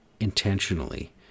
intentionally